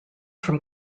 from